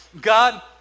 God